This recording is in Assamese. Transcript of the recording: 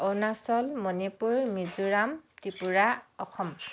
অৰুণাচল মণিপুৰ মিজোৰাম ত্ৰিপুৰা অসম